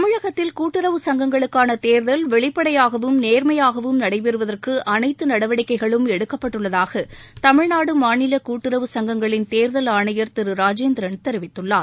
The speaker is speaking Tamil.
தமிழகத்தில் கூட்டுறவு சங்கங்களுக்கான தேர்தல் வெளிப்படையாகவும் நேர்மையாகவும் நடைபெறுவதற்கு அளைத்து நடவடிக்கைகளும் எடுக்கப்பட்டுள்ளதாக தமிழ்நாடு மாநில கூட்டுறவு சங்கங்களின் தேர்தல் ஆணையர் திரு ராஜேந்திரன் தெரிவித்துள்ளார்